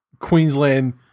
Queensland